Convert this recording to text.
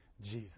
Jesus